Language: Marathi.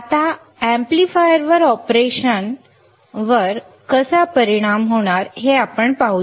आता एम्पलीफायर ऑपरेशनवर याचा कसा परिणाम होणार आहे ते पाहूया